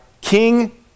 King